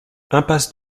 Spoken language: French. impasse